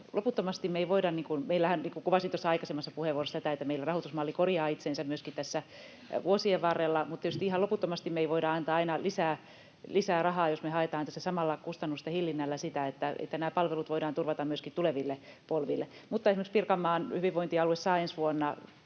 loputtomasti me ei voida... Meillähän, niin kuin kuvasin tuossa aikaisemmassa puheenvuorossa, rahoitusmalli korjaa itsensä myöskin tässä vuosien varrella. Mutta tietysti ihan loputtomasti me ei voida antaa aina lisää rahaa, jos me haetaan tässä samalla kustannusten hillinnällä sitä, että nämä palvelut voidaan turvata myöskin tuleville polville. Mutta esimerkiksi Pirkanmaan hyvinvointialue saa ensi vuonna